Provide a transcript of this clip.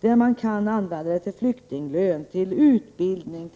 Pengarna skall användas till flyktinglön, utbildning,